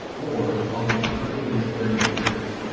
or i'll be perfectly at thirty degrees.